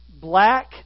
black